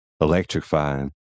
Electrifying